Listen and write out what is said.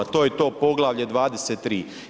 To je to poglavlje 23.